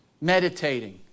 meditating